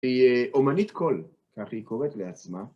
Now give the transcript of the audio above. היא אומנית קול, כך היא קוראת לעצמה.